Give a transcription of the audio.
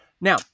Now